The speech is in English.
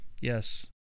Yes